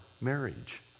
marriage